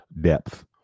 depth